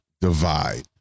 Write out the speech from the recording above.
divide